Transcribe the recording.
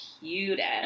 cutest